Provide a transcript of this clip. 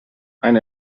ein